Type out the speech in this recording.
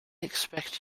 expect